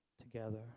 together